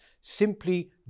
simply